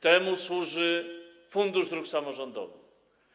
Temu służy Fundusz Dróg Samorządowych.